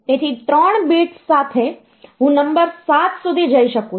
તેથી 3 બીટ્સ સાથે હું નંબર 7 સુધી જઈ શકું છું